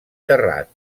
terrat